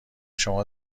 شما